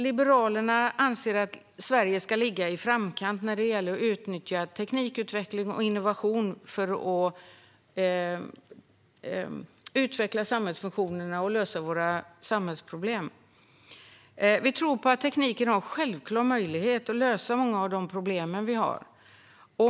Liberalerna anser att Sverige ska ligga i framkant när det gäller att utnyttja teknikutveckling och innovation för att utveckla samhällsfunktionerna och lösa våra samhällsproblem. Vi tror på att tekniken innebär en självklar möjlighet att lösa många av de problem vi har.